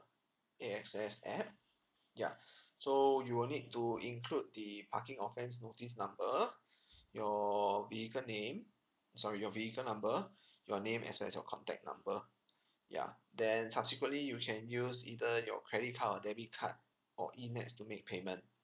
A_X_S app ya so you will need to include the parking offence notice number your vehicle name sorry your vehicle number your name as well as your contact number yeah then subsequently you can use either your credit card or debit card or E NETS to make payment